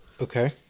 Okay